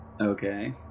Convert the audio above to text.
okay